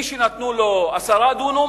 מי שנתנו לו עשרה דונמים,